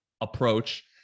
approach